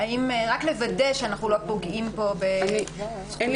ולוודא שאנחנו לא פוגעים בו בזכויות.